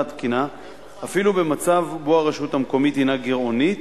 התקינה אפילו במצב שבו הרשות המקומית היא גירעונית,